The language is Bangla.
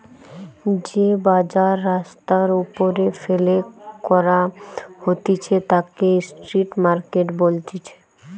যে বাজার রাস্তার ওপরে ফেলে করা হতিছে তাকে স্ট্রিট মার্কেট বলতিছে